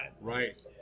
Right